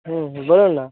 হুম বলুন না